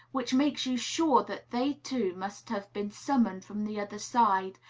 which makes you sure that they too must have been summoned from the other side,